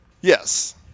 yes